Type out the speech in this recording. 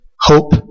hope